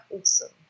awesome